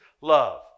love